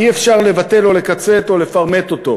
אי-אפשר לבטל או לקצץ או לפרמט אותו.